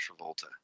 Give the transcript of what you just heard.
travolta